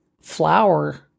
flour